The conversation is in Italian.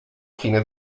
fine